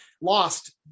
lost